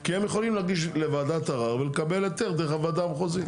כי הם יכולים לגשת לוועדת ערר ולקבל היתר דרך הוועדה המחוזית.